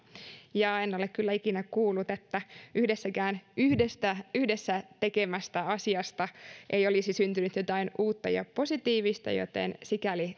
ja en ole kyllä ikinä kuullut yhdestäkään yhdessä tehdystä asiasta josta ei olisi syntynyt jotain uutta ja positiivista joten sikäli